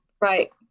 right